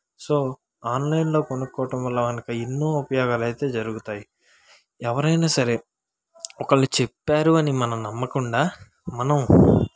so ఆన్లైన్లో కొనుక్కోవటం వల్ల మనకు ఎన్నో ఉపయోగాలు అయితే జరుగుతాయి ఎవరైనా సరే ఒకరు చెప్పారు అని మనం నమ్మకుండా మనం